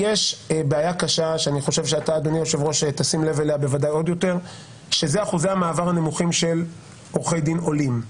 יש בעיה קשה של אחוזי המעבר הנמוכים של עורכי דין עולים.